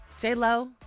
J-Lo